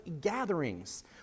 gatherings